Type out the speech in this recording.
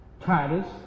Titus